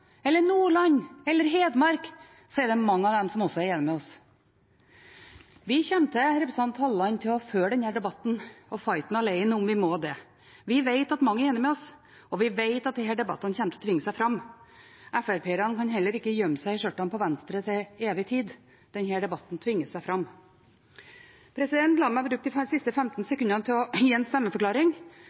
eller Nordland eller Hedmark, er det mange av dem som også er enige med oss. Til representanten Halleland: Vi kommer til å føre denne debatten og fighten alene om vi må det. Vi vet at mange er enige med oss. Vi vet at disse debattene kommer til å tvinge seg fram. FrP-erne kan heller ikke gjemme seg i skjørtene på Venstre til evig tid; denne debatten tvinger seg fram. La meg bruke de siste femten sekundene på å gi en stemmeforklaring.